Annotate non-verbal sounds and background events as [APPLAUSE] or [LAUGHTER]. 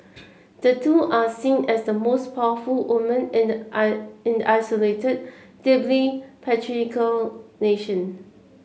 the two are seen as the most powerful women in the [UNINTELLIGIBLE] isolated deeply patriarchal nation